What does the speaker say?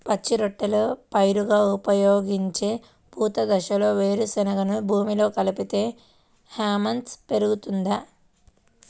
పచ్చి రొట్టెల పైరుగా ఉపయోగించే పూత దశలో వేరుశెనగను భూమిలో కలిపితే హ్యూమస్ పెరుగుతుందా?